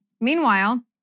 Meanwhile